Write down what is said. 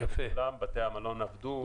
להזכיר לכולם, בתי המלון עבדו בחלק מן הקיץ.